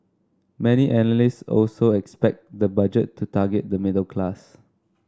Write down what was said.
many analysts also expect the budget to target the middle class